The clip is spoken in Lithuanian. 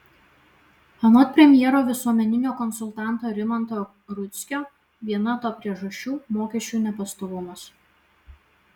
anot premjero visuomeninio konsultanto rimanto rudzkio viena to priežasčių mokesčių nepastovumas